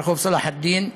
ברחוב צאלח א-דין,